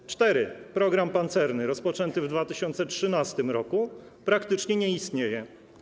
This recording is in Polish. Po czwarte, program pancerny rozpoczęty w 2013 r. praktycznie nie istnieje.